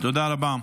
תודה רבה.